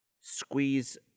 squeeze